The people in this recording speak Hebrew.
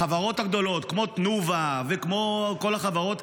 החברות הגדולות, כמו תנובה וכמו כל החברות,